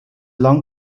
long